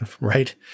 right